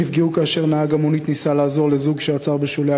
הם נפגעו כאשר נהג המונית ניסה לעזור לזוג שעצר בשולי